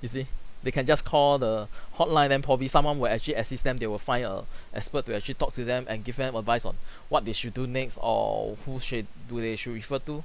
you see they can just call the hotline then probably someone will actually assist them they will find a expert to actually talk to them and give them advice on what they should do next or who should do they should refer to